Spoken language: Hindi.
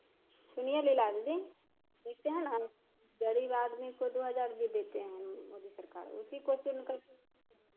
सुनिए लीला दीदी देखते हैं ना गरीब आदमी को दो हज़ार भी देते हैं मोदी सरकार उसी को चुनकर के